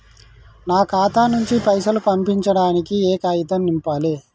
నా ఖాతా నుంచి పైసలు పంపించడానికి ఏ కాగితం నింపాలే?